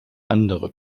andere